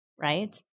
right